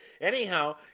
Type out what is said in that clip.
anyhow